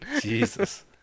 jesus